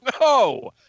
No